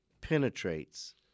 penetrates